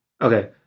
Okay